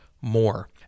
more